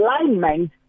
alignment